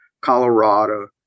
Colorado